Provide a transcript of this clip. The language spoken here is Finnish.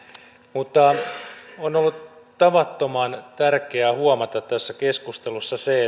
mutta on ollut tavattoman tärkeää huomata tässä keskustelussa se